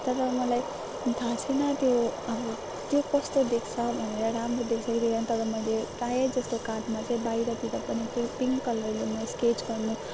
तर मलाई थाहा छैन त्यो अब त्यो कस्तो देख्छ भनेर राम्रो देख्छ कि देख्दैन तर मैले प्राय जस्तो कार्डमा चाहिँ बाहिरतिर पनि पि पिङ्क कलरले म स्केच गर्नु